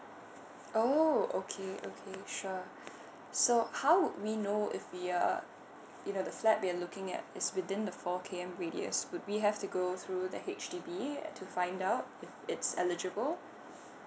oh okay okay sure so how would we know if we are either the flat we're looking at is within the four K_M radius would we have to go through the H_D_B to find out it's eligible